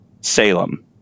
Salem